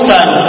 Son